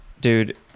Dude